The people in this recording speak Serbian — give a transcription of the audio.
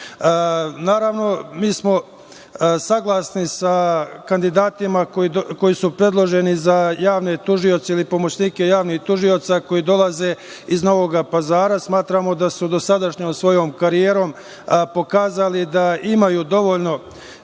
procese. Naravno, mi smo saglasni sa kandidatima koji su predloženi za javne tužioce ili pomoćnike javnih tužioca koji dolaze iz Novog Pazara. Smatramo da su dosadašnjom svojom karijerom pokazali da imaju dovoljno